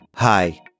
Hi